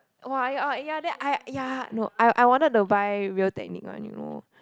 !wah! oh oh yeah then I yeah no I I wanted to buy Real Technique one you know